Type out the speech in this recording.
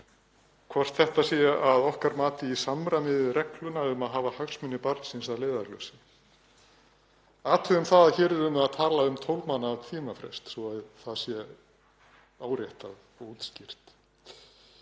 hvort þetta sé að okkar mati í samræmi við regluna um að hafa hagsmuni barnsins að leiðarljósi. Athugum það að hér erum við að tala um 12 mánaða tímafrest, svo það sé áréttað og útskýrt